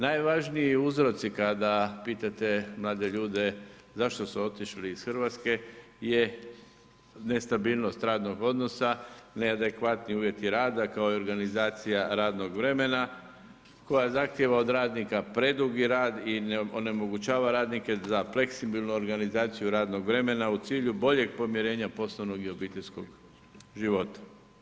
Najvažniji uzroci kada pitate mlade ljude zašto su otišli iz Hrvatske je nestabilnost radnog odnosa, neadekvatni uvjeti rada, kao i organizacija radnog vremena koja zahtijeva od radnika predugi rad i onemogućava radnike za fleksibilnu organizaciju radnog vremena, u cilju boljeg pomirenja poslovnog i obiteljskog života.